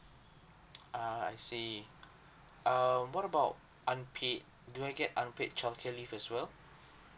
ah I see um what about unpaid do I get unpaid child care leave as well